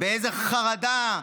באיזה חרדה: